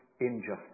injustice